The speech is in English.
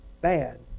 bad